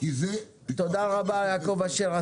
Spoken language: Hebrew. תודה רבה, יעקב אשר.